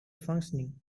functioning